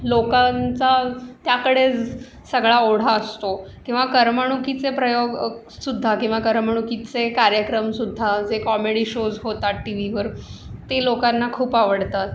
लोकांचा त्याकडे सगळा ओढा असतो किंवा करमणुकीचे प्रयोगसुद्धा किंवा करमाणुकीचे कार्यक्रमसुद्धा जे कॉमेडी शोज होतात टीव्हीवर ते लोकांना खूप आवडतात